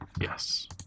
Yes